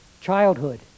Childhood